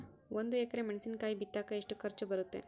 ಒಂದು ಎಕರೆ ಮೆಣಸಿನಕಾಯಿ ಬಿತ್ತಾಕ ಎಷ್ಟು ಖರ್ಚು ಬರುತ್ತೆ?